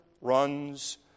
runs